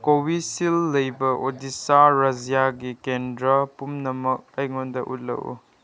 Covishield ꯂꯩꯕ ꯑꯣꯗꯤꯁꯥ ꯔꯖ꯭ꯌꯥꯒꯤ ꯀꯦꯟꯗ꯭ꯔ ꯄꯨꯝꯅꯃꯛ ꯑꯩꯉꯣꯟꯗ ꯎꯠꯂꯛꯎ